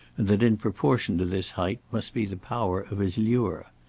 and that in proportion to this height must be the power of his lure.